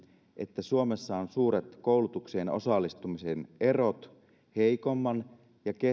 että suomessa on suuret koulutukseen osallistumisen erot heikomman ja